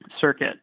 circuit